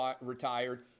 retired